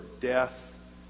death